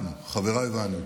אנחנו, חבריי ואני,